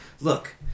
Look